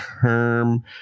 term